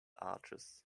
arches